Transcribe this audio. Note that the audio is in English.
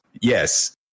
Yes